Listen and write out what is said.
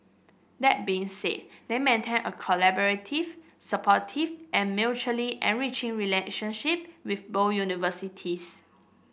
that being said they maintain a collaborative supportive and mutually enriching relationship with both universities